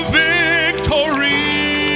victory